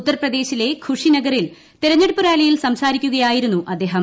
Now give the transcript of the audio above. ഉത്തർപ്രദേശിലെ ഖുഷി നഗറിൽ തെരഞ്ഞെടുപ്പ് റാലിയിൽ സംസാരിക്കുകയായിരുന്നു അദ്ദേഹം